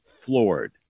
floored